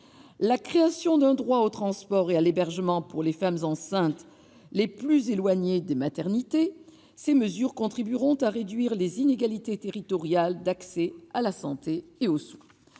la création d'un droit au transport et à l'hébergement pour les femmes enceintes les plus éloignées des maternités. Ces mesures contribueront à réduire les inégalités territoriales d'accès à la santé et aux soins.